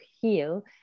heal